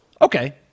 Okay